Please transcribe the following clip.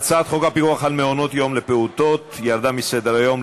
הצעת חוק הפיקוח על מעונות-יום לפעוטות ירדה מסדר-היום,